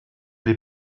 les